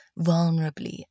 vulnerably